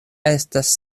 estas